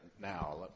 now